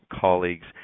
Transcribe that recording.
colleagues